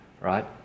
right